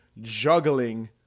juggling